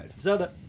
Zelda